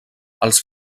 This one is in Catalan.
els